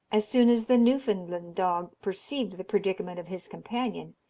as soon as the newfoundland dog perceived the predicament of his companion,